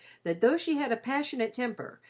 that though she had a passionate temper,